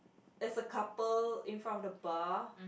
there's a couple in front of the bar